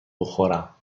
بخورم